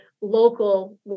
local